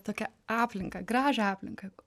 tokią aplinką gražią aplinką